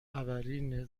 عبری